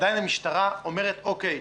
ועדיין המשטרה אומרת אוקיי,